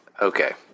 Okay